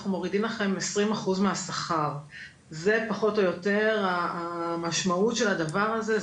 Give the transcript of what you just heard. מורידים לכם 20% מהשכר; זה פחות או יותר המשמעות של הדבר הזה,